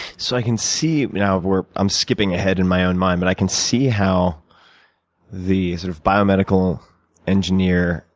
so i can see now where, i'm skipping ahead in my own mind, but i can see how the sort of biomedical engineer,